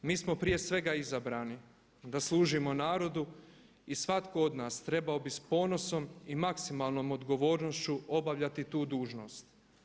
Mi smo prije svega izabrani da služimo narodu i svatko od nas trebao bi s ponosom i maksimalnom odgovornošću obavljati tu dužnost.